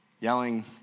yelling